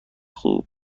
خوبی